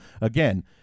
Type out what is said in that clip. again